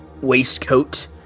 waistcoat